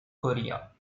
korea